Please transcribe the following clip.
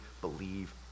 believe